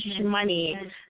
money